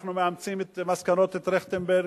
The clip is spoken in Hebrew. ואנחנו מאמצים את מסקנות טרכטנברג,